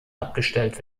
abgestellt